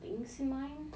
things in your mind